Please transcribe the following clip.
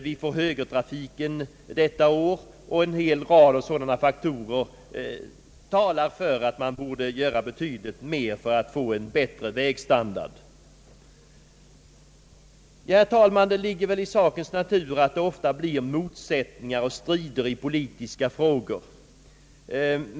Vi får högertrafik detta år, och en rad sådana faktorer talar för att man borde göra betydligt mer för att få en bättre vägstandard. Herr talman! Det ligger väl i sakens natur att det ofta blir motsättningar och strider i politiska frågor.